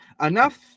Enough